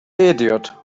idiot